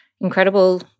incredible